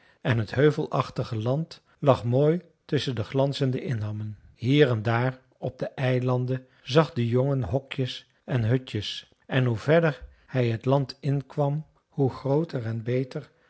en het heuvelachtige land lag mooi tusschen de glanzende inhammen hier en daar op de eilanden zag de jongen hokjes en hutjes en hoe verder hij t land inkwam hoe grooter en beter